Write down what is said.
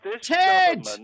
Ted